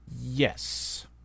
Yes